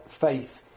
faith